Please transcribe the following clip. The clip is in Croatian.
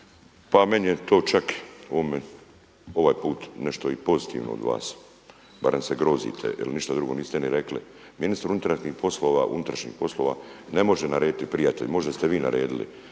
Pa meni je to čak ovaj put nešto i pozitivno od vas, barem se grozite jel ništa drugo niste ni rekli. Ministar unutrašnjih poslova ne može narediti prijatelju, možda ste vi naredili,